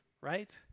right